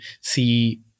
see